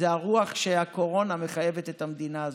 זו הרוח שהקורונה מחייבת את המדינה הזאת,